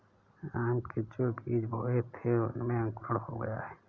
आम के जो बीज बोए थे उनमें अंकुरण हो गया है